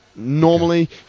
Normally